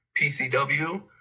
pcw